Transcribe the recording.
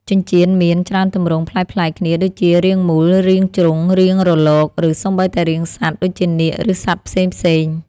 ចិញ្ចៀនមាន ច្រើនទម្រង់ ប្លែកៗគ្នាដូចជា រាងមូល រាងជ្រុង រាងរលក ឬសូម្បីតែរាងសត្វ (ដូចជានាគ ឬសត្វផ្សេងៗ)។